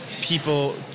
people